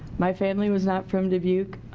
my family was not from dubuque.